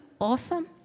awesome